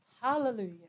Hallelujah